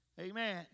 Amen